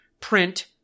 print